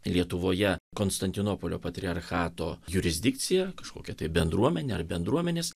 lietuvoje konstantinopolio patriarchato jurisdikciją kažkokią bendruomenę ar bendruomenes